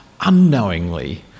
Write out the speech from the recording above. unknowingly